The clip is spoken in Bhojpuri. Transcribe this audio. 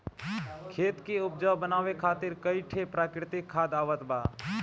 खेत के उपजाऊ बनावे खातिर कई ठे प्राकृतिक खाद आवत बा